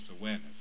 awareness